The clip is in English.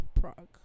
Prague